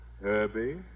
Herbie